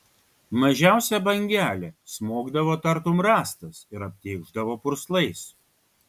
mažiausia bangelė smogdavo tartum rąstas ir aptėkšdavo purslais